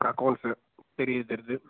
accounts தெரியுது தெரியுது